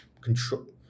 control